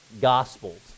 gospels